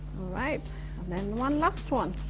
right then one last one.